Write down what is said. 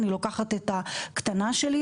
אני לוקחת את הקטנה שלי,